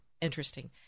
interesting